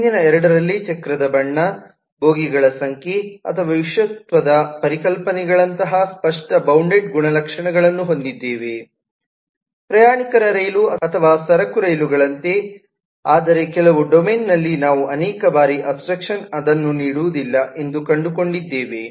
ಹಿಂದಿನ ಎರಡರಲ್ಲಿ ಚಕ್ರದ ಬಣ್ಣ ಬೋಗಿಗಳ ಸಂಖ್ಯೆ ಅಥವಾ ವಿಷತ್ವದ ಪರಿಕಲ್ಪನೆಗಳಂತಹ ಸ್ಪಷ್ಟ ಬೌಂಡೆಡ್ ಗುಣಲಕ್ಷಣಗಳನ್ನು ಹೊಂದಿದ್ದೇವೆ ಪ್ರಯಾಣಿಕರ ರೈಲು ಅಥವಾ ಸರಕು ರೈಲುಗಳಂತೆ ಆದರೆ ಕೆಲವು ಡೊಮೇನ್ಗಳಲ್ಲಿ ನಾವು ಅನೇಕ ಬಾರಿ ಅಬ್ಸ್ಟ್ರಾಕ್ಷನ್ ಅದನ್ನು ನೀಡುವುದಿಲ್ಲ ಎಂದು ಕಂಡುಕೊಂಡಿದ್ದೇವೆ